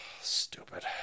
Stupid